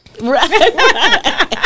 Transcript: Right